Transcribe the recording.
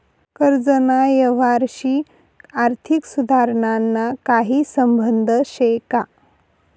कर्जना यवहारशी आर्थिक सुधारणाना काही संबंध शे का?